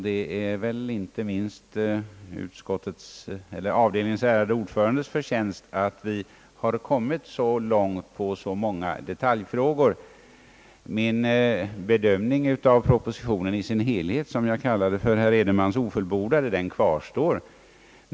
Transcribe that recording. Det är väl inte minst avdelningens ärade ordförandes förtjänst att vi har kommit så långt i så många detaljfrågor. Min bedömning av propositionen i dess helhet — som jag kallade för herr Edenmans ofullbordade — kvarstår dock.